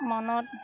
মনত